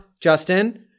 Justin